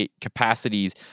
capacities